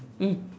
mm